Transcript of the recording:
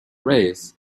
raise